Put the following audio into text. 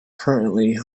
currently